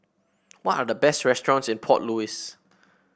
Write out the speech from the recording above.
what are the best restaurants in Port Louis